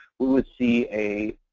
we would see a